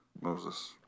Moses